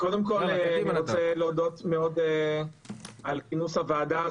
קודם כל אני רוצה להודות מאוד על כינוס הוועדה.